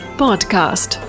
podcast